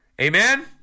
Amen